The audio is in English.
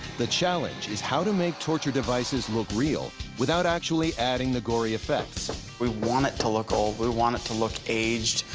the challenge is how to make torture devices look real without actually adding the gory effects. kevin we want it to look old. we want it to look aged.